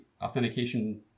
authentication